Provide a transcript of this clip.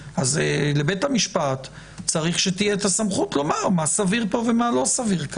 לבית המשפט צריך שתהיה הסמכות לומר מה סביר ומה לא סביר.